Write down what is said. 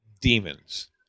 demons